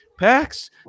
Pax